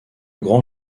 grand